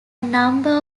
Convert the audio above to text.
number